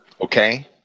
Okay